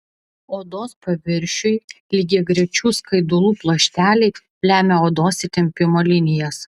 odos paviršiui lygiagrečių skaidulų pluošteliai lemia odos įtempimo linijas